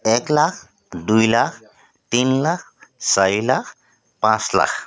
এক লাখ দুই লাখ তিনি লাখ চাৰি লাখ পাঁচ লাখ